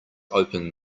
open